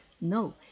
no